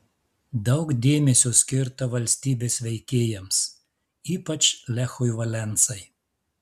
daug dėmesio skirta valstybės veikėjams ypač lechui valensai